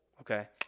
okay